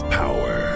power